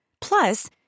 Plus